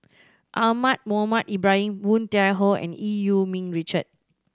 Ahmad Mohamed Ibrahim Woon Tai Ho and Eu Yee Ming Richard